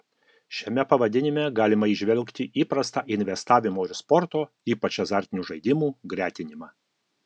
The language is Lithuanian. šiame pavadinime galima įžvelgti įprastą investavimo ir sporto ypač azartinių žaidimų gretinimą